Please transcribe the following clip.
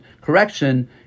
correction